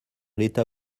l’état